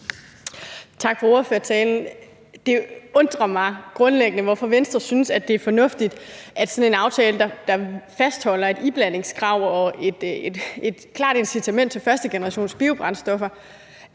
Tak for ordførertalen. Det undrer mig grundlæggende, hvorfor Venstre synes, at det er fornuftigt og har et ønske om, at sådan en aftale, der fastholder et iblandingskrav og et klart incitament til førstegenerationsbiobrændstoffer,